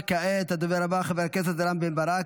וכעת הדובר הבא, חבר הכנסת רם בן ברק,